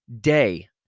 day